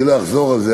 לא אחזור על זה,